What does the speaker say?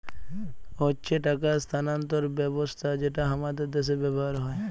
হচ্যে টাকা স্থানান্তর ব্যবস্থা যেটা হামাদের দ্যাশে ব্যবহার হ্যয়